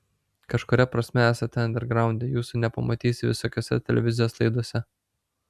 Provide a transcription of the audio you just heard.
kažkuria prasme esate andergraunde jūsų nepamatysi visokiose televizijos laidose